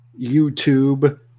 YouTube